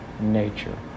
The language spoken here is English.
nature